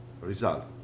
result